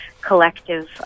collective